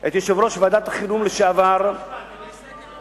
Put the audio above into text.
את יושב-ראש ועדת החינוך לשעבר, מה נגמר במשפט?